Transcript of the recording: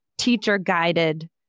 teacher-guided